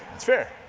it's fair.